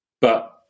But-